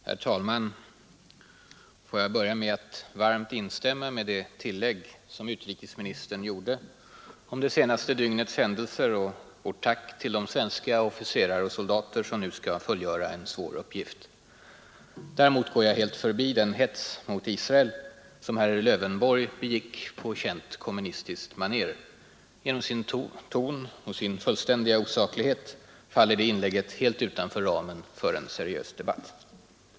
Herr talman! Låt mig börja med att varmt instämma i vad utrikesministern i sitt tillägg sade om det senaste dygnets händelser och i tacket till de svenska officerare och soldater som nu skall fullgöra en svår uppgift. Däremot går jag helt förbi den hets mot Israel som herr Lövenborg begick på känt kommunistiskt maner. Genom sin ton och sin fullständiga osaklighet faller det inlägget helt utanför ramen för en seriös debatt.